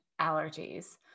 allergies